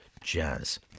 jazz